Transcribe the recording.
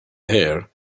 hair